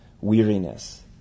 Weariness